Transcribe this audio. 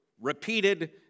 Repeated